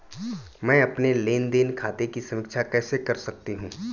मैं अपने लेन देन खाते की समीक्षा कैसे कर सकती हूं?